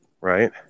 right